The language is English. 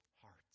hearts